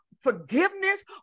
forgiveness